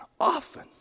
often